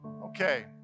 okay